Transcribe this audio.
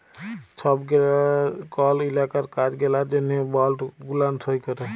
ছব গেলা কল ইলাকার কাজ গেলার জ্যনহে বল্ড গুলান সই ক্যরে